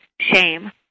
shame